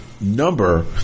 number